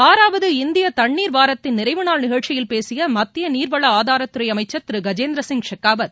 ஆறாவது இந்திய தண்ணீர் வாரத்தின் நிறைவு நாள் நிகழ்ச்சியில் பேசிய மத்திய நீர்வள ஆதாரத்துறை அமைச்சர் திரு கஜேந்திர சிங் ஷெகாவத்